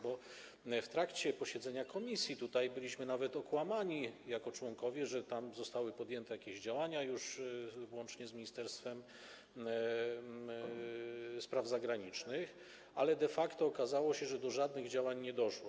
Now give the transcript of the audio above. Bo w trakcie posiedzenia komisji byliśmy nawet okłamani jako członkowie, że zostały podjęte jakieś działania, włącznie z Ministerstwem Spraw Zagranicznych, ale de facto okazało się, że do żadnych działań nie doszło.